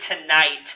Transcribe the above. tonight